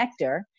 connector